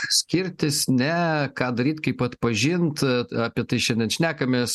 skirtis ne ką daryt kaip atpažint a apie tai šiandien šnekamės